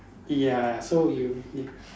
ya so you you